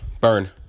burn